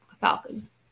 Falcons